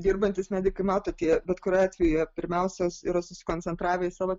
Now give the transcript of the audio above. dirbantys medikai matot jie bet kuriuo atveju jie pirmiausias yra susikoncentravę į savo